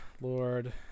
Lord